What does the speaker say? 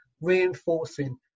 reinforcing